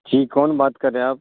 جی کون بات کر رہے ہیں آپ